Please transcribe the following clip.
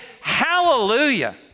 hallelujah